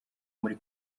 muri